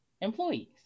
employees